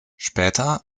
später